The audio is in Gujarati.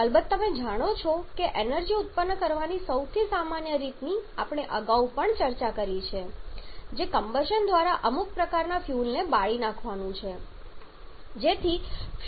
અલબત્ત તમે જાણો છો કે એનર્જી ઉત્પન્ન કરવાની સૌથી સામાન્ય રીતની આપણે અગાઉ પણ ચર્ચા કરી છે કે જે કમ્બશન દ્વારા અમુક પ્રકારના ફ્યુઅલ ને બાળી નાખવાનું છે